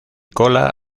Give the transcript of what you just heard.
cola